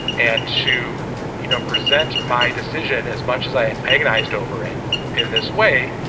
and to you know present my decision, as much as i agonized over it in this way,